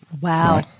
Wow